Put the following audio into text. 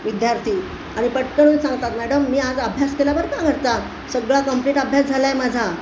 विद्यार्थी आणि पटकन सांगतात मॅडम मी आज अभ्यास केला बरं का घरचा सगळा कंप्लीट अभ्यास झाला आहे माझा